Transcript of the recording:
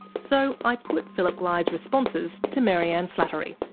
so i put phillip glyde's responses to maryanne slattery.